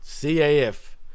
CAF